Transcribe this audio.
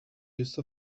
use